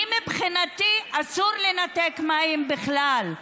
אני, מבחינתי, אסור לנתק מים בכלל.